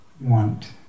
want